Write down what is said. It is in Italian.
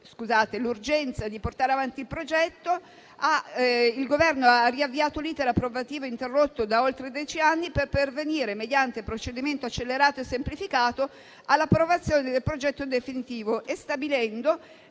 nell'urgenza di portare avanti il progetto, il Governo ha riavviato l'*iter* approvativo interrotto da oltre dieci anni per pervenire, mediante procedimento accelerato e semplificato, all'approvazione del progetto definitivo e stabilendo